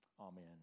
Amen